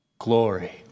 Glory